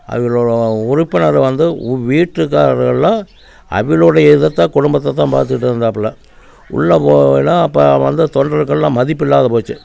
அவிங்களோட உறுப்பினர் வந்து உ வீட்டுக்காரர்கள்லாம் அவிங்களுடைய இதைத் தான் குடும்பத்தை தான் பார்த்துட்டு இருந்தாப்பில உள்ளே போனால் அப்போ வந்து தொண்டர்க்கெல்லாம் மதிப்பு இல்லாம போச்சு